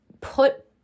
put